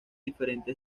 diferente